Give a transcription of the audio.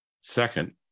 Second